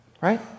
Right